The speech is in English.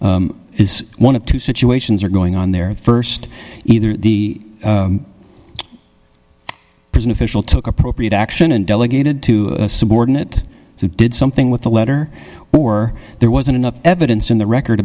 is one of two situations are going on there st either the prison official took appropriate action and delegated to a subordinate who did something with the letter or there wasn't enough evidence in the record